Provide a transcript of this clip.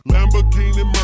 Lamborghini